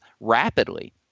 rapidly